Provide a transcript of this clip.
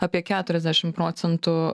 apie keturiasdešim procentų